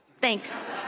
Thanks